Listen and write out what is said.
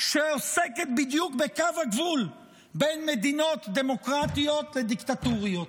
שעוסקת בדיוק בקו הגבול בין מדינות דמוקרטיות לדיקטטוריות.